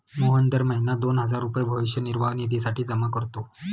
मोहन दर महीना दोन हजार रुपये भविष्य निर्वाह निधीसाठी जमा करतो